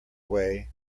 way